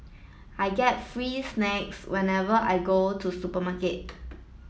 I get free snacks whenever I go to supermarket